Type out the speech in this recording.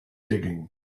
digging